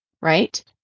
right